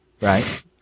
Right